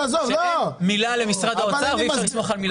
שאין מילה למשרד האוצר ואי אפשר לסמוך על מילה.